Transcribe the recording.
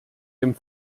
dem